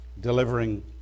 delivering